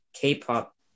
K-pop